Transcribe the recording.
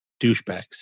douchebags